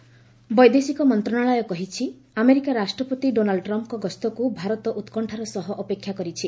India Trump ବୈଦେଶିକ ମନ୍ତ୍ରଣାଳୟ କହିଛି ଆମେରିକା ରାଷ୍ଟ୍ରପତି ଡୋନାଲ୍ଦ ଟ୍ରମ୍ପ୍ଙ୍କ ଗସ୍ତକୁ ଭାରତ ଉତ୍କଶାର ସହ ଅପେକ୍ଷା କରିଛି